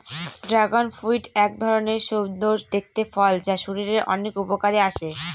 dragon fruit এক ধরনের সুন্দর দেখতে ফল যা শরীরের অনেক উপকারে আসে